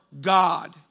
God